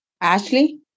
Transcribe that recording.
Ashley